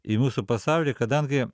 į mūsų pasaulį kadangi